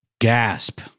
Gasp